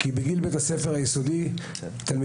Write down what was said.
כי בגיל בית הספר היסודי התלמידים